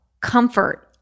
comfort